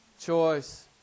choice